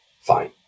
Fine